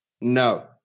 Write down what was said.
No